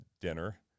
dinner